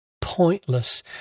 pointless